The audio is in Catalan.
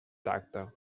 tacte